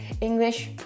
English